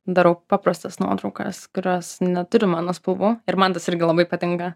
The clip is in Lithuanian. darau paprastas nuotraukas kurios neturi mano spalvų ir man tas irgi labai patinka